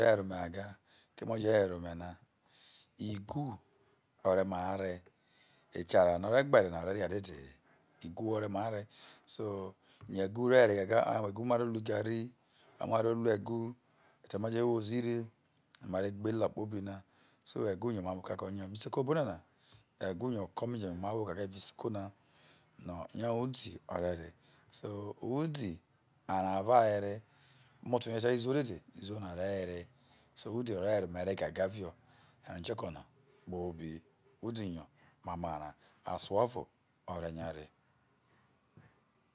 were ome gage keme oje were ome na igu ore maire echarein ore mai gbere na ore rae dede he ilgu ore mui re so yo egure were gaga oye egu maroro garri oye maro ru egi etee majo wo ozire mare gbelo kpobi na so egu yo omamo okako evao obo isoko obone na egu yo oko mai jone ma wo gaga evao isoko na yo oye odio rere so odi ye arao avo awere omotorie te rro izuwo dede izuwona re were so odi ore were omere gaga ara ono okioko no kpobi odi yo omamo arao aso ovo oye o re nyare